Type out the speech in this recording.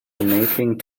donating